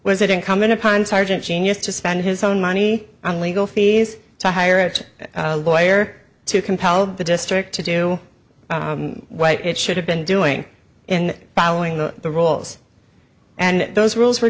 was it incumbent upon sergeant genius to spend his own money on legal fees to hire its lawyer to compel the district to do what it should have been doing in following the rules and those rules were